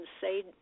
say